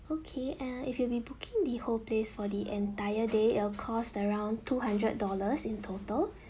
okay uh if you will be booking the whole place for the entire day it'll cost around two hundred dollars in total